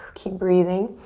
keep breathing.